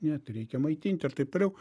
net reikia maitinti ir taip toliau